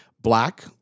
black